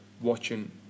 watching